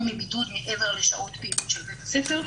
מבידוד מעבר לשעות פעילות של בית הספר,